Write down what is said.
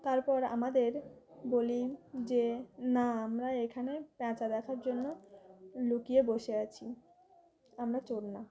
তারপর আমাদের বলি যে না আমরা এখানে পেঁচা দেখার জন্য লুকিয়ে বসে আছি আমরা চোর না